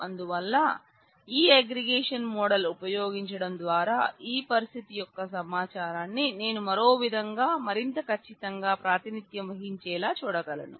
అందువల్ల ఈ aggregation model ఉపయోగించడం ద్వారా ఈ పరిస్థితి యొక్క సమాచారాన్ని నేను మరోవిధంగా మరింత కచ్చితంగా ప్రాతినిధ్యం వహించేలా చూడగలను